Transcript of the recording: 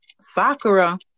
Sakura